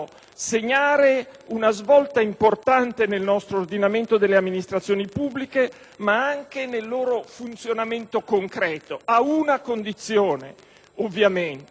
segnare una svolta importante nel nostro ordinamento delle amministrazioni pubbliche, ma anche nel loro funzionamento concreto, a una condizione ovviamente: